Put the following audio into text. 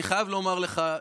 אני חייב לומר לך,